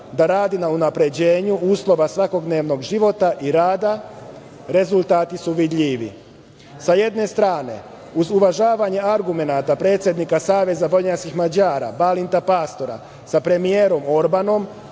da radi na unapređenju uslova svakodnevnog života i rada, rezultati su vidljivi. Sa jedne strane, uz uvažavanje argumenata predsednika Saveza vojvođanskih Mađara Balinta Pastora sa premijerom Orbanom,